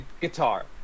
guitar